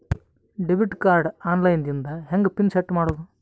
Debit card online ದಿಂದ ಹೆಂಗ್ pin set ಮಾಡೋದು?